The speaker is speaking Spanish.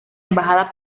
embajada